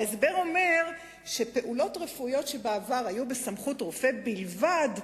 ההסבר אומר שפעולות רפואיות שבעבר היו בסמכות רופא בלבד,